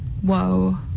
whoa